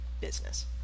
business